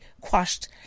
quashed